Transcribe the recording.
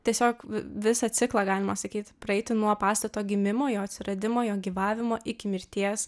tiesiog visą ciklą galima sakyti praeiti nuo pastato gimimo jo atsiradimo jo gyvavimo iki mirties